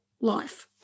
life